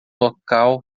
local